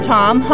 Tom